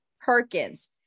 Perkins